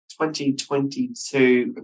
2022